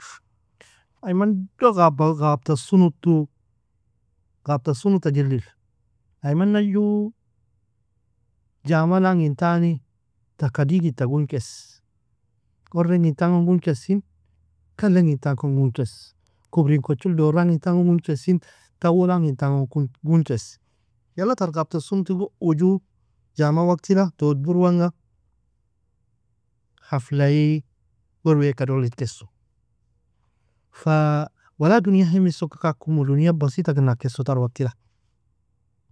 Ay mandu ghaba ghabta sunutu, ghabta sunuta jilil, ay mana ju jama langintani taka digita gugnkesi, orrengin tan gon gugnkesi, kalangin tan gon gugnkesi, kubrin kochil dorangin tan gon gugnkesi taulangin tan gon gugnkesi yala tar ghabta sunutil gon uu ju jaman waktila tod burwanga haflai werweaka dolijkesu, wala dunia himi suka kakumu dunia basitakir nakisu tar waktila.